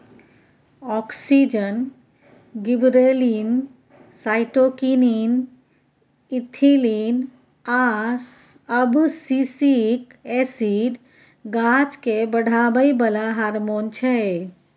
auxin, gibberellin, cytokinin, ethylene आ abscisic acid गाछकेँ बढ़ाबै बला हारमोन छै